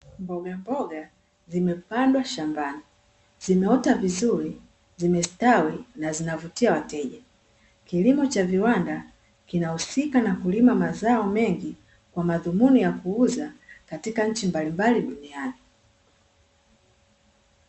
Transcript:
Mbogamboga zimepandwa shambani. Zimeota vizuri, zimestawi na zinavutia wateja. Kilimo cha viwanda kinahusika na kulima mazao mengi, kwa madhumuni ya kuuza katika nchi mbalimbali duniani.